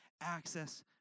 access